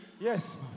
Yes